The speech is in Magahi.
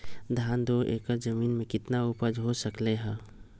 धान दो एकर जमीन में कितना उपज हो सकलेय ह?